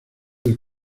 del